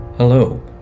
Hello